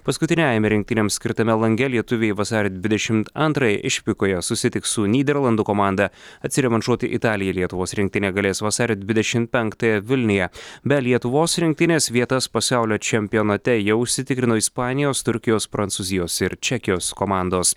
paskutiniajame rinktinėms skirtame lange lietuviai vasario dvidešimt antrąją išvykoje susitiks su nyderlandų komanda atsirevanšuoti italijai lietuvos rinktinė galės vasario dvidešimt penktąją vilniuje be lietuvos rinktinės vietas pasaulio čempionate jau užsitikrino ispanijos turkijos prancūzijos ir čekijos komandos